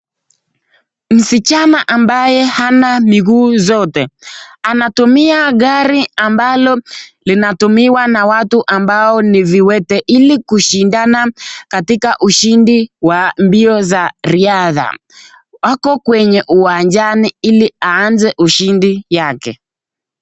Msichana ambaye Hana miguu zote anatumua gari ambalo linatumika na watu ambao ni viwete hili kushinda katika ushindi ya mbio ya riadha ako kwenye uwanja hili aanze ushindi yake.